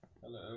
Hello